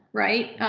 right?